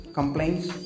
complaints